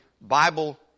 Bible